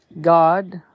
God